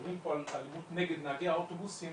מדברים פה על אלימות נגד נהגי האוטובוסים,